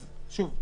אז שוב,